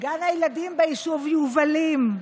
גן הילדים ביישוב יובלים,